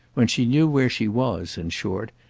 when she knew where she was, in short,